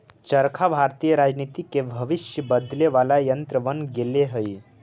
चरखा भारतीय राजनीति के भविष्य बदले वाला यन्त्र बन गेले हई